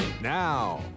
Now